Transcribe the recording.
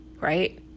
right